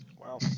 Wow